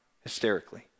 hysterically